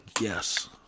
Yes